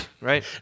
right